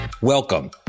Welcome